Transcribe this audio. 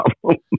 problem